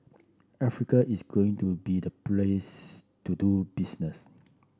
Africa is going to be the place to do business